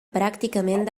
pràcticament